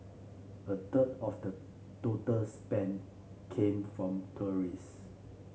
a third of the total spend came from tourists